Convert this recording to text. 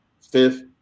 fifth